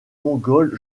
mongol